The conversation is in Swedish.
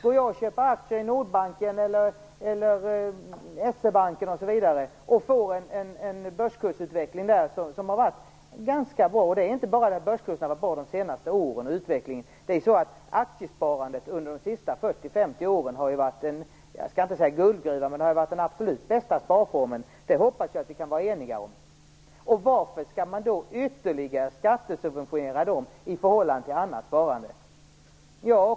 Har jag köpt aktier i Nordbanken eller i SE-banken har utvecklingen av börskursen där varit ganska bra. Det är inte bara under de senaste åren som börskurserna har varit bra. Under de sista 40-50 åren har ju aktiesparandet varit, om inte en guldgruva så i alla fall den absolut bästa sparformen. Det hoppas jag att vi kan vara eniga om. Varför skall man då ytterligare skattesubventionera det i förhållande till annat sparande?